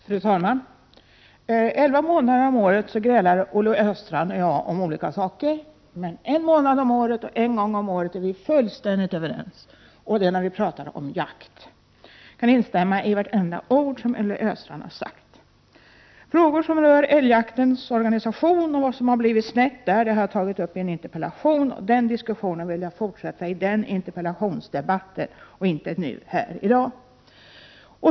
Fru talman! Elva månader om året grälar Olle Östrand och jag om olika saker, men en gång om året, en månad om året, är vi fullständigt överens, och det är när vi talar om jakt. Jag kan instämma i vartenda ord som Olle Östrand har sagt. Frågor som rör älgjaktens organisation och vad som har blivit snett där har jag tagit upp i en interpellation, och den diskussionen vill jag fortsätta i den interpellationsdebatten och inte här i dag.